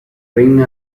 ring